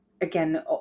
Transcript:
again